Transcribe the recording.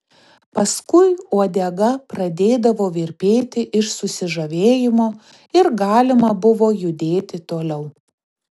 paskui uodega pradėdavo virpėti iš susižavėjimo ir galima buvo judėti toliau